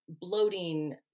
bloating